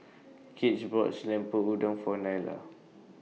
Gage bought Lemper Udang For Nyla